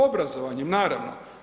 Obrazovanjem naravno.